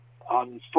On